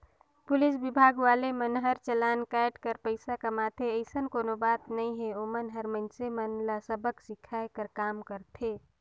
police विभाग वाले मन हर चलान कायट कर पइसा कमाथे अइसन कोनो बात नइ हे ओमन हर मइनसे मन ल सबक सीखये कर काम करथे